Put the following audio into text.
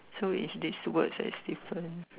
so is this words that is different